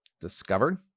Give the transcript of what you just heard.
discovered